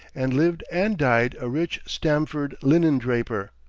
and lived and died a rich stamford linen-draper.